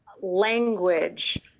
language